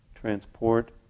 transport